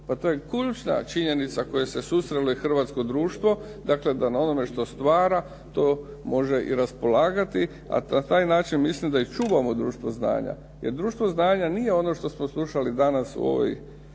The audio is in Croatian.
razumije./ … činjenica koja su susrele hrvatsko društvo, dakle na onome što stvara to može i raspolagati, a na taj način mislim da i čuvamo "društvo znanja". Jer društvo znanja nije ono što smo slušali danas u ovom